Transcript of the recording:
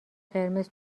قرمز